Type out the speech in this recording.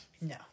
no